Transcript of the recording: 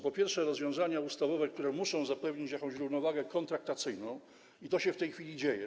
Po pierwsze, chodzi o rozwiązania ustawowe, które muszą zapewnić jakąś równowagę kontraktacyjną, i to się w tej chwili dzieje.